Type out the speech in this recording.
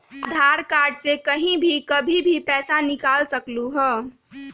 आधार card से कहीं भी कभी पईसा निकाल सकलहु ह?